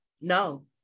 No